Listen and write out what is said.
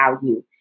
value